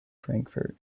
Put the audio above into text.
frankfurt